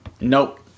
nope